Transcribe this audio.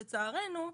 לצערנו,